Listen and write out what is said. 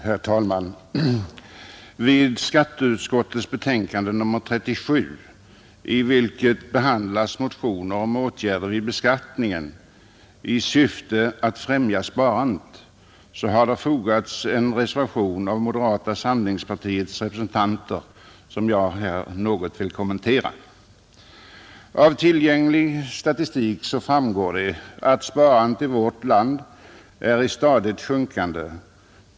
Herr talman! Till skatteutskottets betänkande nr 37, i vilket behandlas motioner om åtgärder vid beskattningen i syfte att främja sparandet, har av moderata samlingspartiets representanter fogats en reservation nr 3, som jag här något vill kommentera. Av tillgänglig statistik framgår att sparandet i vårt land är i stadigt sjunkande.